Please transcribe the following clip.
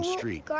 Street